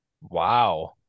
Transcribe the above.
Wow